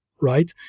right